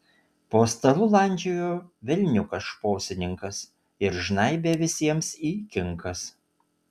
po stalu landžiojo velniukas šposininkas ir žnaibė visiems į kinkas